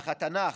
אך התנ"ך,